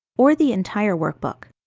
or the entire workbook.